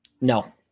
No